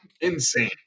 insane